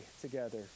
together